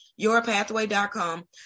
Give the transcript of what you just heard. yourpathway.com